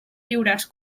lliures